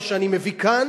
את מה שאני מביא כאן,